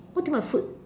what do you mean by food